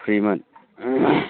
फ्रिमोन